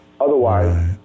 Otherwise